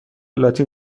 لاتین